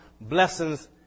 blessings